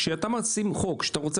כשאתה מחיל חוק,